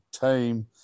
team